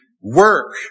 work